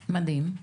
מדהים,